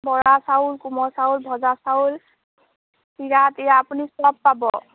বৰা চাউল কোমল চাউল ভজা চাউল চিৰা তিৰা আপুনি সব পাব